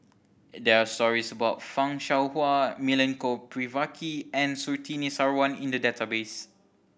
there are stories about Fan Shao Hua Milenko Prvacki and Surtini Sarwan in the database